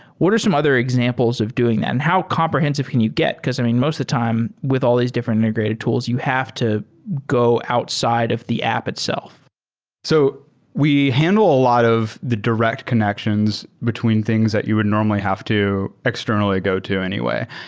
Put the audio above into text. what are some other examples of doing that and how comprehensive can you get? because, i mean, most of the time with all these different integrated tools, you have to go outside of the app itself so we handle a lot of the direct connections between things that you would normally have to externally go to anyway.